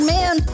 Man